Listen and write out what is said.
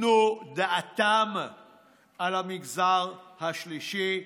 ייתנו דעתן על המגזר השלישי.